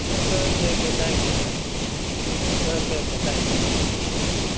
okay okay thank you sir okay okay thank you thank you